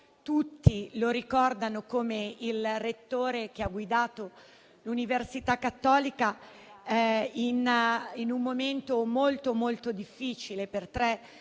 tutti lo ricordano come il rettore che ha guidato l'Università Cattolica in un momento molto difficile, per tre mandati